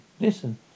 listen